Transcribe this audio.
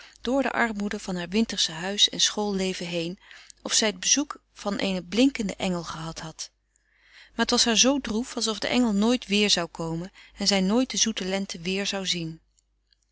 door de armoede van haar wintersche huis en school leven heen of zij t bezoek van eenen blinkenden engel gehad had maar t was haar zoo droef alsof de engel nooit weer zou komen en zij nooit de zoete lente weer zou zien